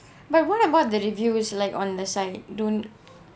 but what about the review is like on the site don't